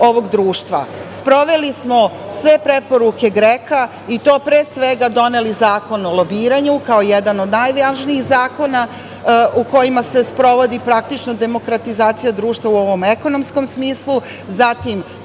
Sproveli smo sve preporuke GREKO-a i to pre svega doneli Zakon o lobiranju kao jedan od najvažnijih zakona u kojima se sprovodi praktično demokratizacija društva u ovom ekonomskom smislu,